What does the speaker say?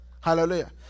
Hallelujah